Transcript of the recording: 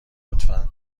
لطفا